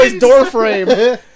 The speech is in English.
doorframe